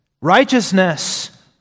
righteousness